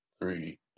three